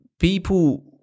people